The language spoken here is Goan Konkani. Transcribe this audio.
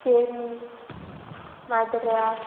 केरी माद्रा